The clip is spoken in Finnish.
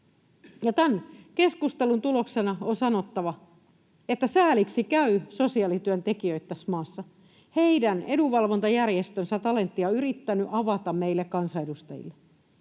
Tämän keskustelun tuloksena on sanottava, että sääliksi käy sosiaalityöntekijöitä tässä maassa. Heidän edunvalvontajärjestönsä Talentia on yrittänyt avata meille kansanedustajille,